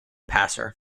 passer